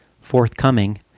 forthcoming